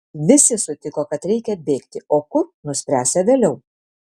visi sutiko kad reikia bėgti o kur nuspręsią vėliau